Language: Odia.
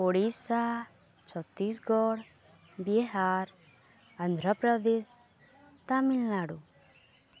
ଓଡ଼ିଶା ଛତିଶଗଡ଼ ବିହାର ଆନ୍ଧ୍ରପ୍ରଦେଶ ତାମିଲନାଡ଼ୁ